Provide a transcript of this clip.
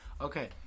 okay